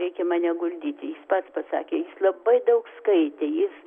reikia mane guldyti pats pasakė labai daug skaitė jis